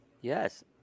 Yes